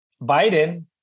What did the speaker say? Biden